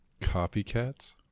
Copycats